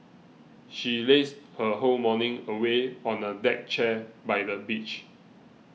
she lazed her whole morning away on a deck chair by the beach